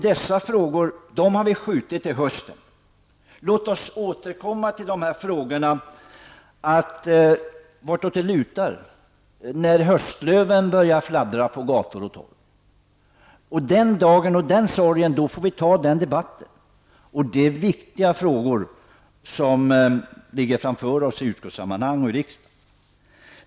Dessa frågor har vi skjutit till hösten. Låt oss återkomma till dem och se vart åt det lutar när höstlöven börjar fladdra på gator och torg. Den dagen, den sorgen. Då får vi ta den debatten. Det är viktiga frågor som ligger framför oss i utskottet och i riksdagen.